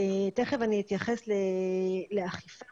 תיכף אני אתייחס לאכיפה,